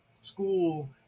school